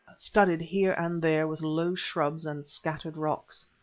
studded here and there with low shrubs and scattered rocks.